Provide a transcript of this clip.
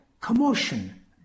commotion